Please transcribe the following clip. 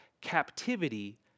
captivity